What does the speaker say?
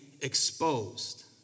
exposed